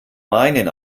meinen